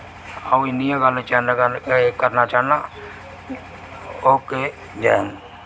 अऊं इन्नी गै गल्ल चैनल गल्ल एह् कन्नै करना चाह्न्नां ओके जै हिंद